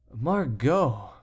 Margot